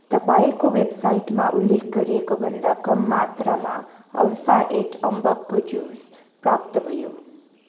तपाईँको वेबसाइटमा उल्लेख गरिएकोभन्दा कम मात्रामा अल्फा एट अम्बकको जुस प्राप्त भयो